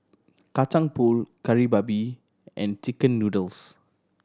Kacang Pool Kari Babi and chicken noodles